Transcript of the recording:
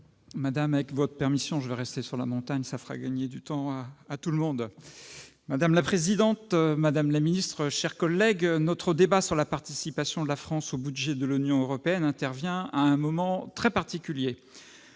Madame la présidente, madame la ministre, chers collègues, notre débat sur la participation de la France au budget de l'Union européenne intervient en un moment très particulier.